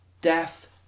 Death